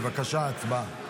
בבקשה, הצבעה.